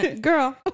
Girl